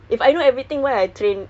that's the whole point of training [what]